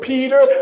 Peter